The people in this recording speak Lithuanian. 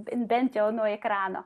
bent jau nuo ekrano